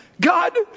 God